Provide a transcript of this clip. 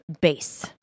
base